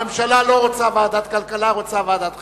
הממשלה לא רוצה ועדת כלכלה, רוצה ועדת חינוך.